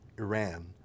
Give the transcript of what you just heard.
Iran